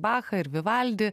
bachą ir vivaldį